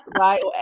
right